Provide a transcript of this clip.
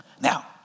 Now